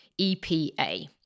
EPA